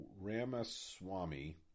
Ramaswamy